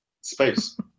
space